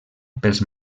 pels